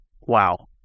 Wow